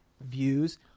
views